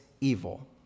evil